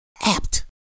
apt